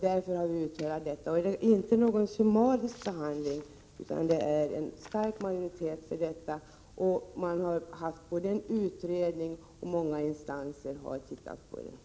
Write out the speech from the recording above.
Det har inte varit en summarisk behandling, utan det är en stor majoritet för vårt förslag, Man har haft en utredning, och många instanser har sett på denna fråga.